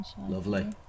Lovely